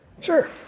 Sure